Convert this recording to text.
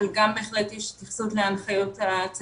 אבל גם בהחלט יש התייחסות להנחיות הצה"ליות.